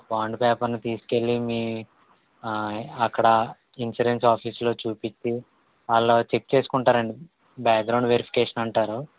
bond పేపర్లు తీసుకుని వెళ్ళి మీ అక్కడ ఇన్సూరెన్స్ ఆఫీస్లో చూపిస్తే వాళ్ళు అవి చెక్ చేసుకుంటారండీ బ్యాక్గ్రౌండ్ వెరిఫికేషన్ అంటారు